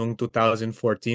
2014